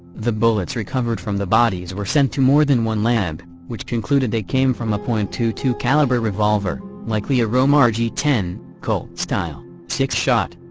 the bullets recovered from the bodies were sent to more than one lab, which concluded they came from a point two two calibre revolver likely a rohm ah rg ten, colt-style, six-shot.